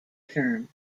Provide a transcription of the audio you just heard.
term